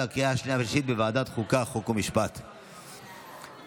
לוועדת החוקה, חוק ומשפט נתקבלה.